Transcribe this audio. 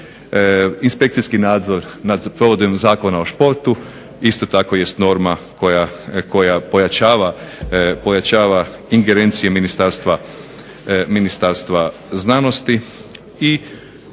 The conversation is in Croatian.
Inspekcijski nadzor nad provedbom Zakona o športu isto tako jest norma koja pojačava ingerencije Ministarstva znanosti.